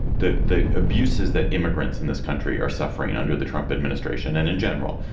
the the abuses that immigrants in this country are suffering under the trump administration and in general,